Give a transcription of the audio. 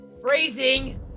Phrasing